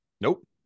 Nope